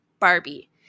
Barbie